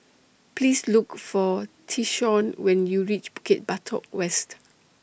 Please Look For Tyshawn when YOU REACH Bukit Batok West